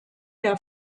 der